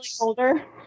older